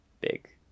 big